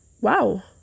wow